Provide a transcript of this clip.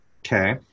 Okay